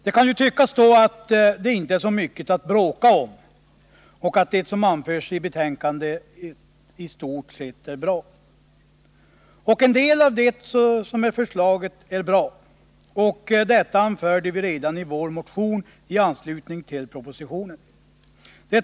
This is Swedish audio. Det kan därför tyckas att detta inte är mycket att bråka om och att det som anförs i betänkandet i stort sett är bra. Och en del av det som är föreslaget är bra. Detta anförde vi redan i vår motion i anslutning till propositionen.